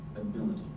ability